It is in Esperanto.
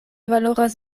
valoras